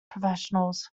professionals